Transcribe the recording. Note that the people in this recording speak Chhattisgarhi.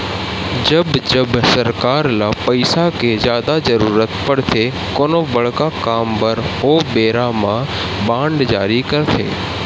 जब जब सरकार ल पइसा के जादा जरुरत पड़थे कोनो बड़का काम बर ओ बेरा म बांड जारी करथे